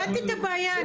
הבנתי את הבעיה,